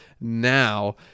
Now